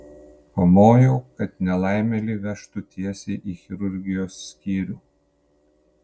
pamojau kad nelaimėlį vežtų tiesiai į chirurgijos skyrių